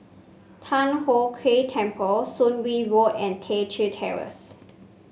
Thian Hock Keng Temple Soon Wing Road and Teck Chye Terrace